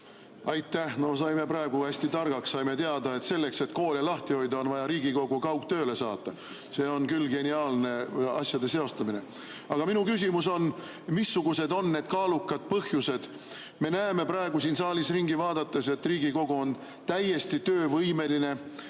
Aitäh! No saime praegu hästi targaks. Saime teada, et selleks, et koole lahti hoida, on vaja Riigikogu kaugtööle saata. See on küll geniaalne asjade seostamine. Aga minu küsimus on: missugused on need kaalukad põhjused? Me näeme praegu siin saalis ringi vaadates, et Riigikogu on täiesti töövõimeline.